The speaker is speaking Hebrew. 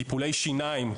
טיפולי שיניים,